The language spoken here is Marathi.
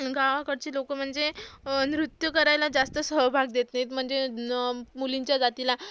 गावाकडचे लोक म्हणजे नृत्य करायला जास्त सहभाग देत देत म्हणजे न मुलींच्या जातीला